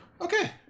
okay